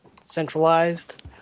centralized